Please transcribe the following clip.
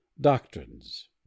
Doctrines